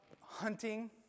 hunting